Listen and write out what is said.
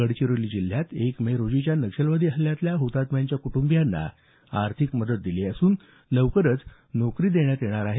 गडचिरोली जिल्ह्यात एक मे रोजीच्या नक्षलवादी हल्ल्यातल्या हुतात्म्यांच्या कुटुंबियांना आर्थिक मदत दिली असून लवकरच नोकरी देण्यात येणार आहे